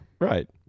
right